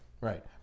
right